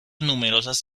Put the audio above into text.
numerosas